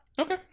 Okay